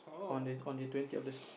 on the on the twentieth of the